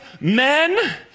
men